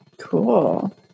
cool